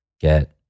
get